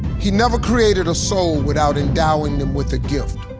he never created a soul without endowing them with a gift.